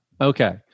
Okay